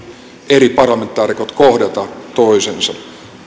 eri parlamentaarikot kohdata toisensa